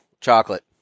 chocolate